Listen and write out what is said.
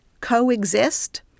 coexist